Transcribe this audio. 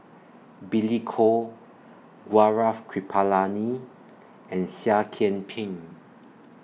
Billy Koh Gaurav Kripalani and Seah Kian Peng